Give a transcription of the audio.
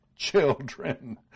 children